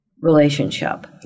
relationship